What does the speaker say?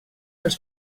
els